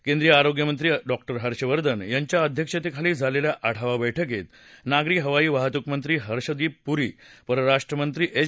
केंद्रीय आरोग्य मंत्री डॉक्टर हर्षवर्धन यांच्या अध्यक्षतेखाली झालेल्या आढावा बैठकीत नागरी हवाई वाहतूकमंत्री हर्षदीप पुरी परराष्ट्रमंत्री एस